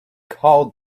called